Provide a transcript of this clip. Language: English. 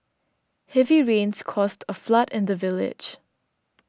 heavy rains caused a flood in the village